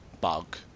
bug